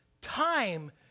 time